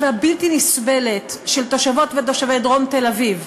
והבלתי-נסבלת של תושבות ותושבי דרום תל-אביב,